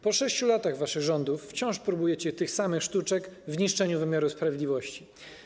Po 6 latach waszych rządów wciąż próbujecie tych samych sztuczek w niszczeniu wymiaru sprawiedliwości.